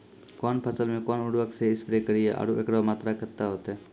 कौन फसल मे कोन उर्वरक से स्प्रे करिये आरु एकरो मात्रा कत्ते होते?